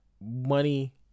money